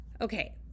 Okay